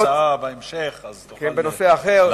יש לך הצעה בהמשך, אז תוכל, כן, בנושא אחר.